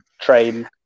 train